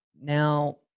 Now